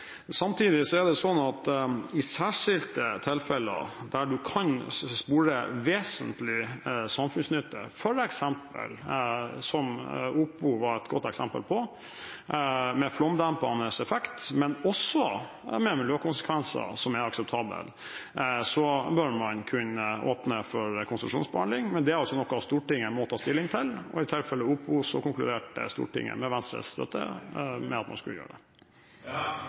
Samtidig er det sånn at i særskilte tilfeller, der man kan spore vesentlig samfunnsnytte, som f.eks. Opo var et godt eksempel på – med flomdempende effekt, men også med miljøkonsekvenser som er akseptable – bør man kunne åpne for konsesjonsbehandling. Men det er altså noe Stortinget må ta stilling til, og i tilfellet Opo konkluderte Stortinget – med Venstres støtte – med at man skulle gjøre